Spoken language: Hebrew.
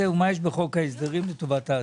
ומה יש בחוק ההסדרים לטובת העצמאיים.